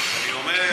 כן, חד-משמעית.